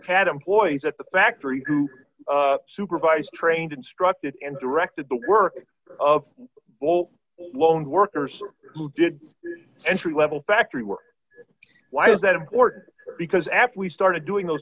pad employees at the factory who supervised trained instructed and directed the work of all loaned workers who did entry level factory work why is that important because after we started doing those